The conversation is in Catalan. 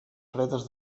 fredes